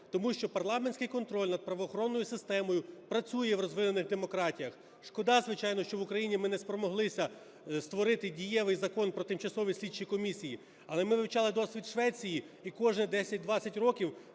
тому що парламентський контроль над правоохоронною системою працює в розвинених демократіях. Шкода, звичайно, що в Україні ми не спромоглися створити дієвий Закон про тимчасові слідчі комісії. Але ми вивчали досвід Швеції, і кожні 10-20 років